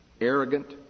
arrogant